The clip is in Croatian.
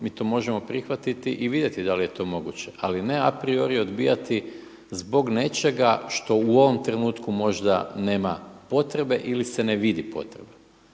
mi to možemo prihvatiti i vidjeti da li je to moguće, ali ne a priori odbijati zbog nečega što u ovom trenutku možda nema potrebe ili se ne vidi potreba.